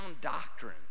doctrine